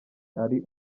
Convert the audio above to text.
ari